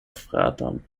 fraton